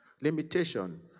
limitation